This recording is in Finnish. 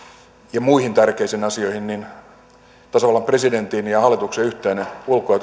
ja muihin tärkeisiin asioihin niin tasavallan presidentin ja hallituksen yhteinen ulko ja